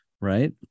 right